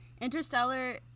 Interstellar